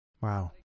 Wow